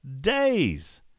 days